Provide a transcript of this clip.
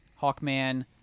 Hawkman